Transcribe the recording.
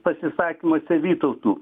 pasisakymuose vytautų